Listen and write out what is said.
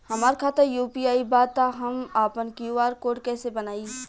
हमार खाता यू.पी.आई बा त हम आपन क्यू.आर कोड कैसे बनाई?